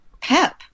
pep